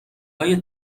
های